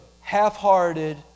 half-hearted